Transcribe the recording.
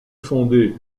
fondée